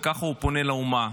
וככה הוא פונה לאומה.